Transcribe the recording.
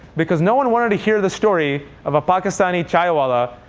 because no one wanted to hear the story of a pakistani chaiwallah,